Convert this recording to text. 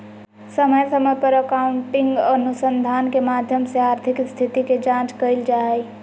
समय समय पर अकाउन्टिंग अनुसंधान के माध्यम से आर्थिक स्थिति के जांच कईल जा हइ